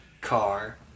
car